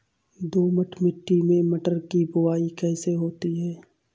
दोमट मिट्टी में मटर की बुवाई कैसे होती है?